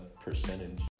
percentage